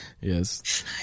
Yes